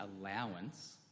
allowance